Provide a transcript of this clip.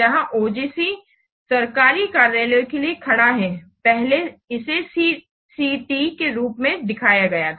जहां OGC सरकारी कार्यालय के लिए खड़ा है पहले इसे CCT के रूप में दिखाया गया था